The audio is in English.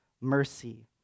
mercy